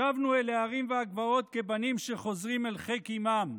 שבנו אל הערים והגבעות כבנים שחוזרים אל חיק אימם,